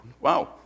wow